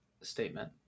statement